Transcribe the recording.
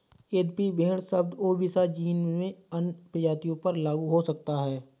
यद्यपि भेड़ शब्द ओविसा जीन में अन्य प्रजातियों पर लागू हो सकता है